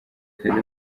kagame